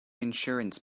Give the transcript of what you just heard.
insurance